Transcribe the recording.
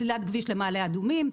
סלילת כביש למעלה אדומים,